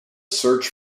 search